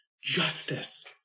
justice